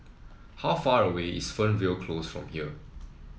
how far away is Fernvale Close from here